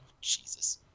Jesus